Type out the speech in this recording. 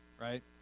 Right